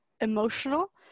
emotional